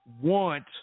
want